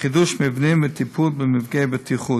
חידוש מבנים וטיפול במפגעי בטיחות.